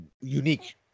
unique